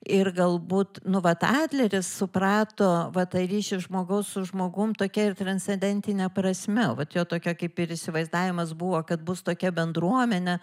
ir galbūt nu vat adleris suprato va tą ryšį žmogaus su žmogum tokia ir transcendentine prasme vat jo tokia kaip ir įsivaizdavimas buvo kad bus tokia bendruomenė